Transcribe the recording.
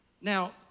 Now